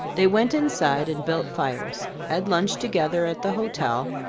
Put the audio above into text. they went inside and built fires, had lunch together at the hotel,